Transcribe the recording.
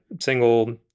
single